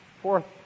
Fourth